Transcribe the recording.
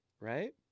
right